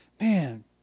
man